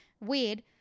weird